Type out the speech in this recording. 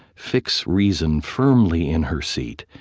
fix reason firmly in her seat,